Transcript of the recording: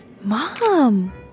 Mom